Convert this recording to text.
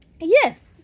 yes